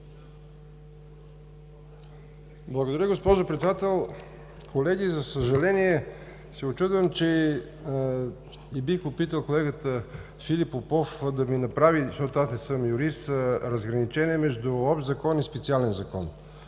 Благодаря, госпожо Председател. Колеги, за съжаление се учудвам, и бих попитал колегата Филип Попов да ми направи, защото аз не съм юрист, разграничение между общ закон и специален закон.